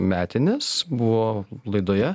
metines buvo laidoje